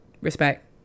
respect